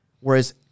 Whereas